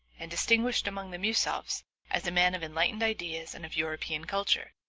and distinguished among the miusovs as a man of enlightened ideas and of european culture,